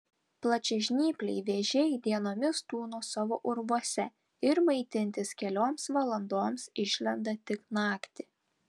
plačiažnypliai vėžiai dienomis tūno savo urvuose ir maitintis kelioms valandoms išlenda tik naktį